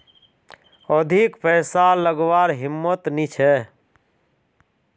अधिक पैसा लागवार हिम्मत नी छे